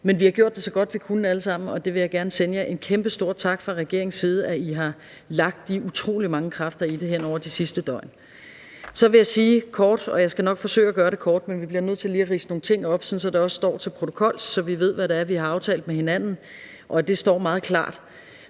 alle sammen gjort det så godt, vi kunne, og jeg vil gerne sende jer en kæmpestor tak fra regeringens side for, at I har lagt de utrolig mange kræfter i det hen over de sidste døgn. Så vil jeg sige noget kort. Jeg skal nok forsøge at gøre det kort, men vi bliver nødt til lige at ridse nogle ting op, sådan at det også bliver ført til protokols, så vi ved, hvad det er, vi har aftalt med hinanden, og sådan at det står meget klart.